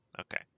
Okay